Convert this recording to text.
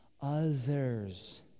others